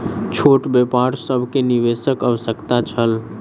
छोट व्यापार सभ के निवेशक आवश्यकता छल